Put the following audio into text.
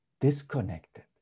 disconnected